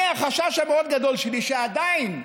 אני, החשש המאוד-גדול שלי, ועדיין,